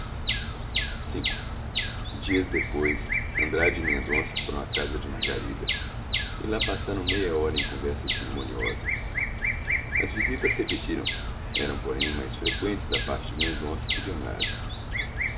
v dias depois andrade e mendonça foram à casa de margarida e lá passaram meia hora em conversa cerimoniosa as visitas repetiram se eram porém mais freqüentes da parte de mendonça que de andrade